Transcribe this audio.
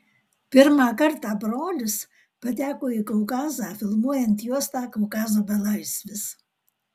pirmą kartą brolis pateko į kaukazą filmuojant juostą kaukazo belaisvis